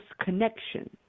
connection